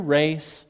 race